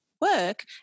work